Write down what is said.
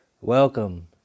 welcome